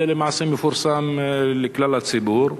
זה למעשה מפורסם לכלל הציבור?